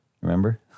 remember